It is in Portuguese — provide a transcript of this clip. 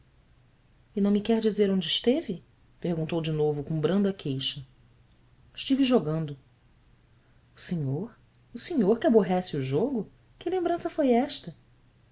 e não me quer dizer onde esteve perguntou de novo com branda queixa stive jogando senhor o senhor que aborrece o jogo que lembrança foi esta